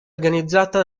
organizzata